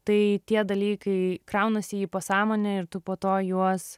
tai tie dalykai kraunasi į pasąmonę ir tu po to juos